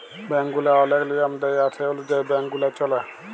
bank গুলা ওলেক লিয়ম দেয় আর সে অলুযায়ী ব্যাংক গুলা চল্যে